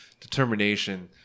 determination